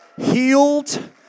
healed